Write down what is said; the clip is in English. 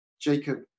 Jacob